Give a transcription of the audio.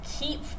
keep